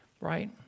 right